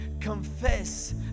confess